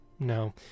no